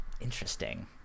Interesting